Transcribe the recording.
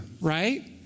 right